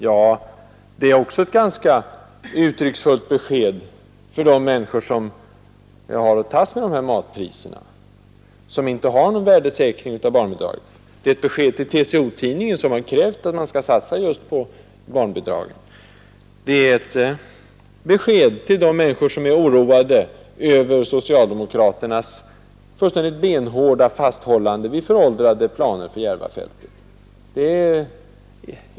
Ja, det är också ett ganska uttrycksfullt besked till de människor som har att tas med de höga matpriserna och som inte har någon värdesäkring av barnbidragen. Det är ett besked till TCO-tidningen som har krävt att man skall satsa just på barnbidragen. Det är ett besked till de människor som är oroliga över socialdemokraternas fullständigt benhårda fasthållande vid föråldrade planer för Järvafältet.